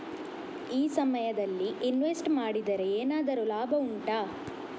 ಈ ಸಮಯದಲ್ಲಿ ಇನ್ವೆಸ್ಟ್ ಮಾಡಿದರೆ ಏನಾದರೂ ಲಾಭ ಉಂಟಾ